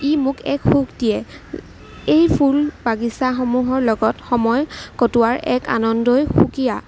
ই মোক এখ সুখ দিয়ে এই ফুল বাগিচাসমূহৰ লগত সময় কটোৱাৰ এক আনন্দই সুকীয়া